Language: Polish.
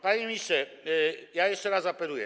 Panie ministrze, ja jeszcze raz apeluję.